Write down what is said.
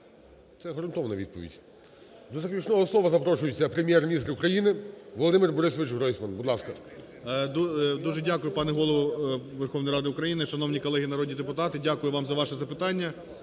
Це ґрунтовна відповідь. До заключного слова запрошується Прем'єр-міністр України Володимир БорисовичГройсман. Будь ласка. 11:08:50 ГРОЙСМАН В.Б. Дуже дякую, пане Голово Верховної Ради України. Шановні колеги народні депутати, дякую вам за ваші запитання.